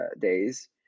days